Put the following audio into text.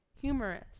humorous